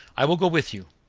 i will go with you.